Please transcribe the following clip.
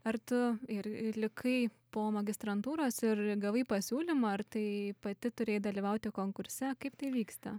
ar tu ir ir likai po magistrantūros ir gavai pasiūlymą ar tai pati turėjai dalyvauti konkurse kaip tai vyksta